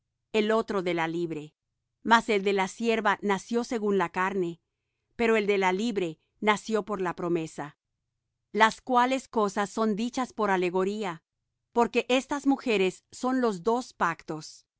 el otro de la libre mas el de la sierva nació según la carne pero el de la libre nació por la promesa las cuales cosas son dichas por alegoría porque estas mujeres son los dos pactos